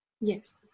Yes